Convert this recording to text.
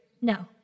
No